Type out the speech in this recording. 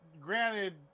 granted